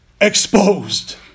exposed